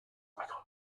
got